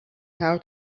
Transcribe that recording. how